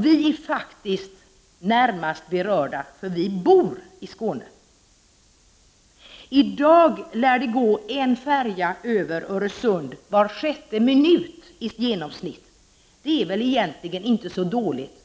Vi är faktiskt närmast berörda — vi bor i Skåne. I dag lär det gå en färja över Öresund i genomsnitt var sjätte minut. Det är väl egentligen inte så dåligt?